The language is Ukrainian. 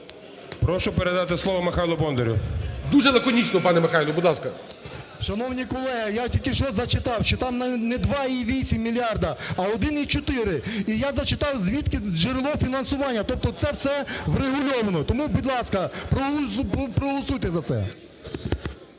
Прошу передати слово Михайлу Бондарю. ГОЛОВУЮЧИЙ. Дуже лаконічно, пане Михайле, будь ласка. 11:44:57 БОНДАР М.Л. Шановні колеги, я тільки що зачитав, що там не 2,8 мільярдів, а 1,4. І я зачитав, звідки джерело фінансування. Тобто це все врегульовано. Тому, будь ласка, проголосуйте за це.